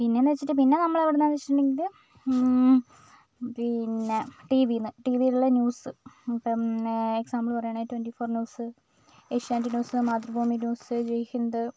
പിന്നെന്ന് വെച്ചിട്ട് പിന്നെ നമ്മൾ എവിടെന്നാന്ന് വെച്ചിട്ടുണ്ടെങ്കിൽ പിന്നെ ടീ വിന്ന് ടീ വിയിലുള്ള ന്യൂസ് പിന്നെ എക്സാംപിള് പറയാണെങ്കിൽ twenty four news Asianet news Mathrubhumi news Jaihind